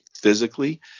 physically